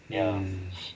mm